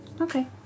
Okay